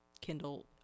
Kindle